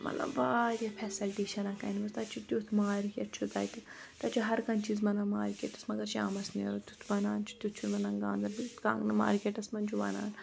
مطلب واریاہ فیسَلٹی چھنَک اَنہِ مَژٕ تَتہِ چھُ تِیُٛتھ مارکٮ۪ٹ چھُ تَتہِ تَتہِ چھُ ہَر کانہہ چیٖز بنان مارکٮ۪ٹس مَنٛز اَگر شامَس نیرو تَتہِ چھُ تِیُٛتھ بنان چھُ تِیُٛتھ چھُنہِ بَنان گاندربل کَنگنہٕ مارکٮ۪ٹس منٛز چھُ بَنان